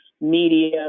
media